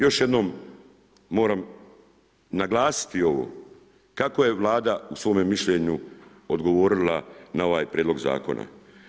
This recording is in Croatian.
Još jednom moram naglasiti ovo kako je Vlada u svome mišljenju odgovorila na ovaj prijedlog zakona.